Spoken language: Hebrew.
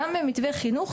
גם במתווה חינוך,